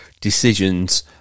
decisions